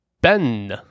Ben